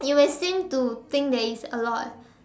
you may seem to think that it's a lot